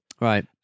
Right